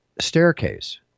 staircase